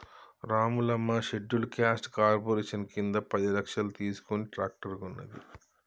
Ramulamma scheduled caste corporation కింద పది లక్షలు తీసుకుని ట్రాక్టర్ కొన్నది